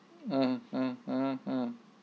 mm mm mm mm